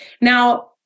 Now